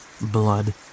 blood